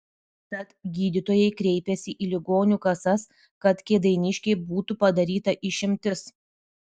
tad gydytojai kreipėsi į ligonių kasas kad kėdainiškei būtų padaryta išimtis